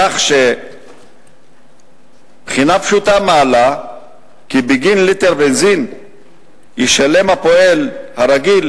כך שבחינה פשוטה מעלה כי בגין ליטר בנזין ישלם הפועל הרגיל